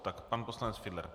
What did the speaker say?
Tak pan poslanec Fiedler.